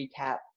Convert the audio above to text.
recap